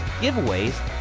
giveaways